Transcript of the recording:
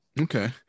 Okay